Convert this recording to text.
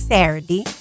Saturday